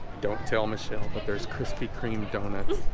don't tell michelle but there's krispy kreme doughnuts,